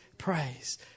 Praise